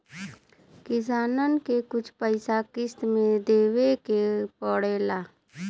किसानन के कुछ पइसा किश्त मे देवे के पड़ेला